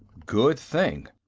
good thing.